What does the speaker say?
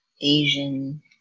Asian